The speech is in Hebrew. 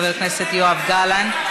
חבר הכנסת יואב גלנט.